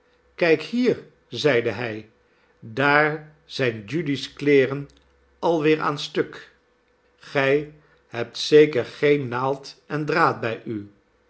kijk hier zeide hij daar zijn judy's kleeren al weer aan stuk gij hebt zeker geen naald en draad bij u